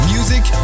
Music